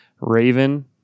raven